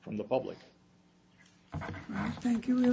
from the public thank you